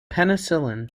penicillin